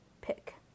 pick